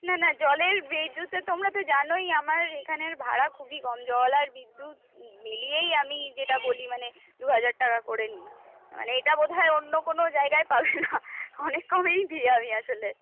না না জলের বিদ্যুতের তোমরা তো জানোই আমার এখানের ভাড়া খুবই কম জল আর বিদ্যুৎ মিলিয়েই আমি যেটা বলি মানে দুহাজার টাকা করে নিই মানে এটা বোধহয় অন্য কোনো জায়গায় পাবে না অনেক কমেই দিই আমি আসলে